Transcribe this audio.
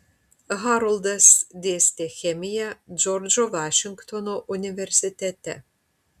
haroldas dėstė chemiją džordžo vašingtono universitete